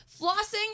flossing